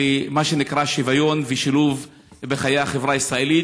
למה שנקרא שוויון ושילוב בחיי החברה הישראלית.